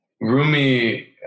Rumi